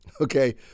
okay